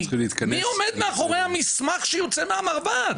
מי עומד מאחורי המסמך שיוצא מהמרב"ד?